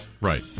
right